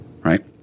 right